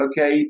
okay